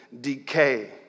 decay